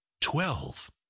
Twelve